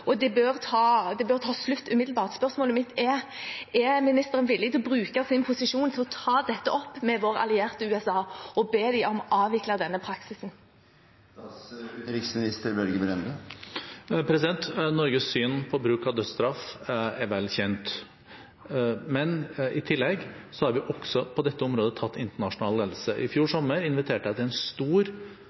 og det bør ta slutt umiddelbart. Spørsmålet mitt er: Er ministeren villig til å bruke sin posisjon til å ta dette opp med vår allierte USA og be dem om å avvikle denne praksisen? Norges syn på bruk av dødsstraff er vel kjent. I tillegg har vi også på dette området tatt internasjonal ledelse. I fjor sommer inviterte jeg til en stor,